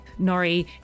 Nori